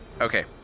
Okay